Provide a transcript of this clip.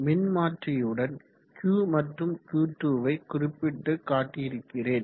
மின்மாற்றியுடன் Q1 மற்றும் Q2 வை குறிப்பிட்டு காட்டியிருக்கிறேன்